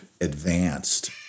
advanced